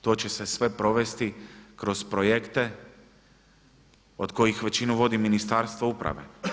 To će se sve provesti kroz projekte od kojih većinu vodi Ministarstvo uprave.